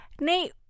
Nate